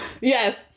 Yes